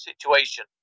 situation